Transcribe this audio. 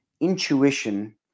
intuition